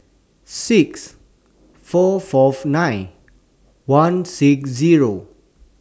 six four Fourth nine one six Zero